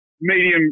medium